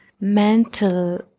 mental